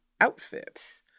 outfit